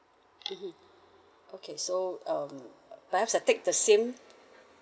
mmhmm okay so um perhaps I take the same